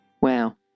Wow